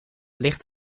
licht